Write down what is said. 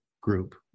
group